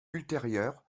ultérieure